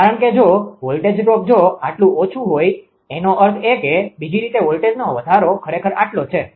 કારણ કે જો વોલ્ટેજ ડ્રોપ જો આટલું ઓછું હોઈ એનો અર્થ એ કે બીજી રીતે વોલ્ટેજનો વધારો ખરેખર આટલો છે